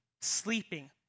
sleeping